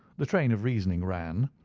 the train of reasoning ran,